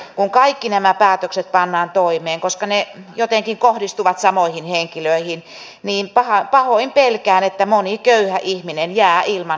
kun kaikki nämä päätökset pannaan toimeen niin koska ne jotenkin kohdistuvat samoihin henkilöihin pahoin pelkään että moni köyhä ihminen jää ilman hoitoa jatkossa